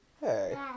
Hey